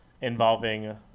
involving